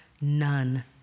none